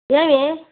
ఏమి